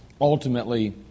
ultimately